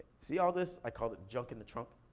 see all this, i call it junk in the trunk?